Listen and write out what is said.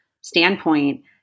standpoint